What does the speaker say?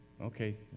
Okay